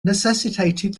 necessitated